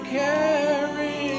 carry